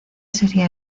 sería